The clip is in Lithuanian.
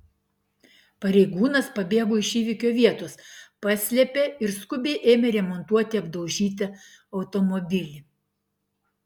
pareigūnas pabėgo iš įvykio vietos paslėpė ir skubiai ėmė remontuoti apdaužytą automobilį